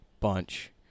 bunch